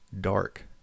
dark